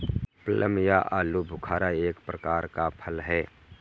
plum या आलूबुखारा एक प्रकार का फल है